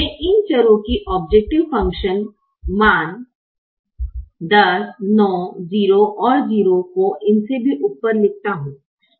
मैं इन चरों की औब्जैकटिव फ़ंक्शन मान 10 9 0 और 0 को इनसे भी ऊपर लिखता हूँ